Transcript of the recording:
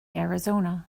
arizona